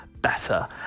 better